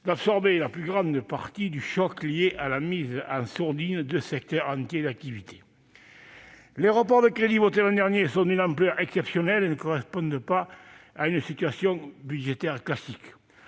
d'absorber la plus grande partie du choc lié à la mise en sourdine de secteurs entiers d'activité. Les reports de crédits votés l'an dernier sont d'une ampleur exceptionnelle et ne correspondent pas à une situation budgétaire classique.